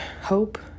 hope